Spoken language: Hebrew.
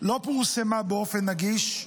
לא פורסמה באופן נגיש,